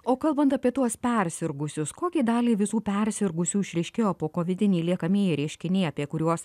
o kalbant apie tuos persirgusius kokiai daliai visų persirgusių išryškėjo po ko vidiniai liekamieji reiškiniai apie kuriuos